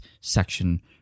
section